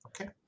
Okay